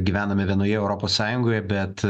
gyvename vienoje europos sąjungoje bet